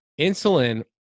Insulin